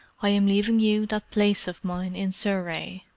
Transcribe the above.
i am leaving you that place of mine in surrey.